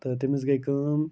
تہٕ تٔمِس گٔے کٲم